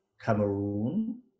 Cameroon